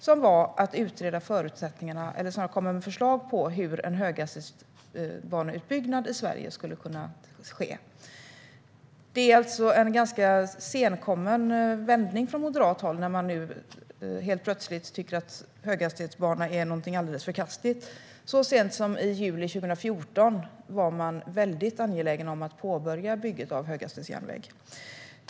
Det handlade om att utreda förutsättningarna för, eller snarare att komma med förslag på, hur en höghastighetsbaneutbyggnad i Sverige skulle kunna ske. Det är alltså en ganska senkommen vändning från moderat håll när man nu helt plötsligt tycker att höghastighetsbana är någonting alldeles förkastligt. Så sent som i juli 2014 var man väldigt angelägen om att påbörja bygget av höghastighetsjärnväg.